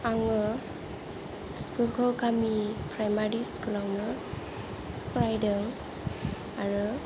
आङो स्कुल खौ गामि प्राइमारि स्कुल आवनो फरायदों आरो